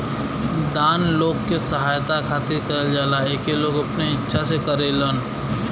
दान लोग के सहायता खातिर करल जाला एके लोग अपने इच्छा से करेलन